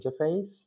interface